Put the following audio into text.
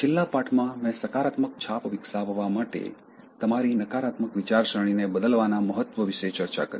છેલ્લા પાઠમાં મેં સકારાત્મક છાપ વિકસાવવા માટે તમારી નકારાત્મક વિચારસરણીને બદલવાના મહત્વ વિશે ચર્ચા કરી